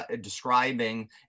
describing